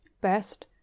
best